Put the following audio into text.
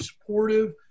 supportive